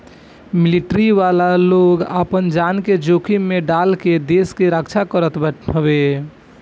military वाला लोग आपन जान के जोखिम में डाल के देस के रक्षा करत हवे